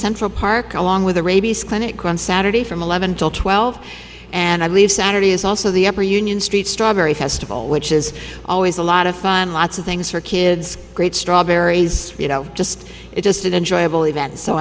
central park along with the rabies clinic on saturday from eleven till twelve and i believe saturday is also the union street strawberry festival which is always a lot of fun lots of things for kids great strawberries you know just it just an enjoyable